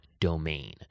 domain